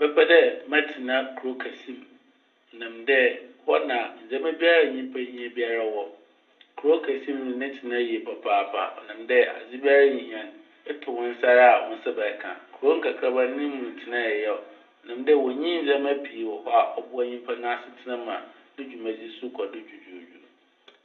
Mebɛpɛ dɛ mɛtsena kurow kɛse m' ɔnam dɛ hɔ na ndzɛmba biara nyimpa hia biara wɔ. Kurow kɛse mu ne tsena ye papaapa ɔnam dɛ adze biara a ihia n' eto wo nsa ara a wo nsa bɛka. Kurow nkakramba n' no mu tsena yɛ yaw ɔnam dɛ wonnyi ndzɛmba pii wɔ hɔ a ɔboa nyimpa n'asetsena m' ma ne dwumadzi so kɔ do dwudwuudwu.